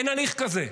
אין הליך כזה.